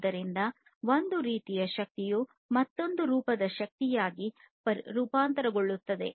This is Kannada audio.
ಆದ್ದರಿಂದ ಒಂದು ರೀತಿಯ ಶಕ್ತಿಯು ಮತ್ತೊಂದು ರೂಪದ ಶಕ್ತಿಯಾಗಿ ರೂಪಾಂತರಗೊಳ್ಳುತ್ತದೆ